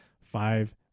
five